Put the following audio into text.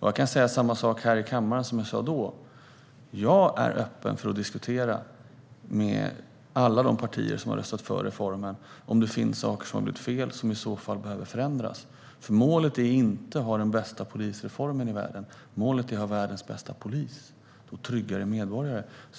Jag kan säga samma sak här i kammaren som jag sa då. Jag är öppen för att diskutera med alla partier som har röstat för reformen om det finns saker som har blivit fel som i så fall behöver förändras. Målet är inte att ha den bästa polisreformen i världen, utan målet är att ha världens bästa polis och tryggare medborgare.